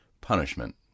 punishment